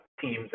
teams